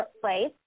place